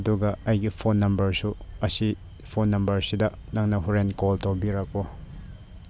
ꯑꯗꯨꯒ ꯑꯩꯒꯤ ꯐꯣꯟ ꯅꯝꯕꯔꯁꯨ ꯑꯁꯤ ꯐꯣꯟ ꯅꯝꯕꯔꯁꯤꯗ ꯅꯪꯅ ꯍꯣꯔꯦꯟ ꯀꯣꯜ ꯇꯧꯕꯤꯔꯛꯑꯣ